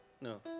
No